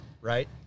right